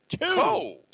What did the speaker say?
Two